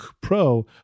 pro